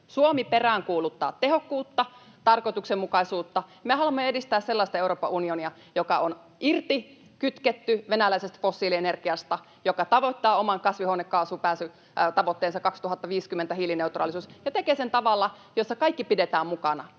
Suomi peräänkuuluttaa tehokkuutta ja tarkoituksenmukaisuutta. Me haluamme edistää sellaista Euroopan unionia, joka on irti kytketty venäläisestä fossiilienergiasta ja joka tavoittaa oman kasvihuonekaasupäästötavoitteensa — 2050 hiilineutraalisuus — ja tekee sen tavalla, jossa kaikki pidetään mukana.